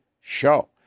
show